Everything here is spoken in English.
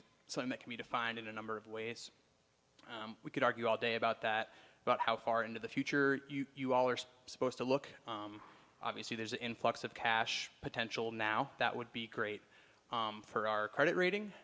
something that can be defined in a number of ways we could argue all day about that but how far into the future you all are supposed to look obviously there's an influx of cash potential now that would be great for our credit rating